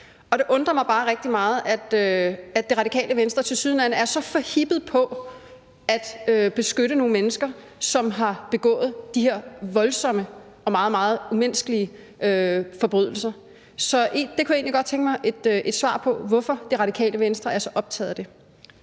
Det Radikale Venstre tilsyneladende er så forhippede på at beskytte nogle mennesker, som har begået de her voldsomme og meget, meget umenneskelige forbrydelser. Så det kunne jeg egentlig godt tænke mig et svar på: Hvorfor er Det Radikale Venstre så optaget af det?